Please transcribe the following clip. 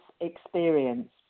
experience